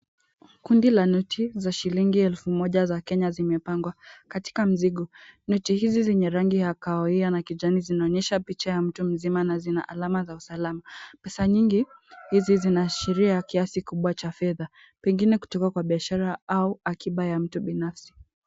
Kundi la noti za shilingi elfu moja za Kenya zimepangwa katika mzigo. Noti hizi zenye rangi ya kahawia na kijani zinaonyesha picha ya mtu mzima na zina alama za usalama. Pesa nyingi hizi zinaashiria kiasi kikubwa cha fedha pengine kutoka kwa biashara au akiba ya mtu binafsi.